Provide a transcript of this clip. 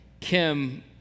Kim